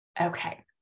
Okay